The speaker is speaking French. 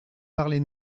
parler